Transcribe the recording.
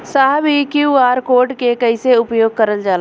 साहब इ QR code के कइसे उपयोग करल जाला?